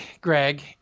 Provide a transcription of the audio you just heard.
Greg